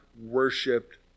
worshipped